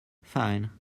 fine